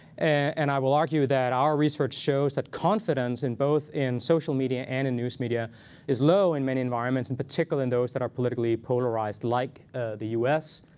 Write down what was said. and i will argue that our research shows that confidence both in social media and in news media is low in many environments and particularly in those that are politically polarized, like the us.